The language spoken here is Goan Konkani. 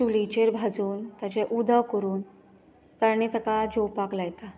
चुलीचेर भाजून ताचे उदक करून तांणे ताका जेवपाक लायता